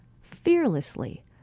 fearlessly